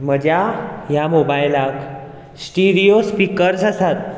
म्हज्या ह्या मोबायलाक श्टिरयो स्पिकर्ज आसात